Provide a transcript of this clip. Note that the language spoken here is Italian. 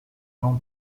non